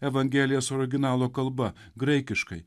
evangelijas originalo kalba graikiškai